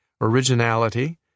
Originality